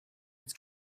it’s